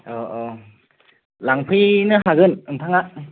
औ औ लांफैनो हागोन नोंथाङा